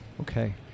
Okay